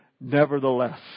nevertheless